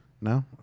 no